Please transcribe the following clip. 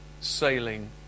sailing